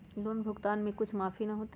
Loan भुगतान में कुछ माफी न होतई?